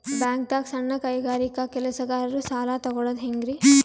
ಬ್ಯಾಂಕ್ದಾಗ ಸಣ್ಣ ಕೈಗಾರಿಕಾ ಕೆಲಸಗಾರರು ಸಾಲ ತಗೊಳದ್ ಹೇಂಗ್ರಿ?